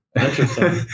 Interesting